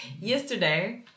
Yesterday